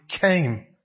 came